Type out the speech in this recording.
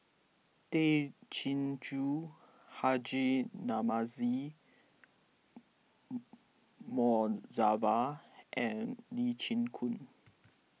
Tay Chin Joo Haji Namazie Mohd Javad and Lee Chin Koon